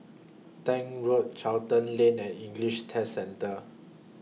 Tank Road Charlton Lane and English Test Centre